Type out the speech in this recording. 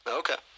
okay